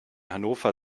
hannover